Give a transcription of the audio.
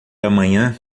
amanhã